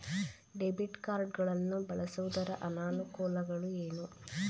Debit card ಗಳನ್ನು ಬಳಸುವುದರ ಅನಾನುಕೂಲಗಳು ಏನು?